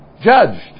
Judged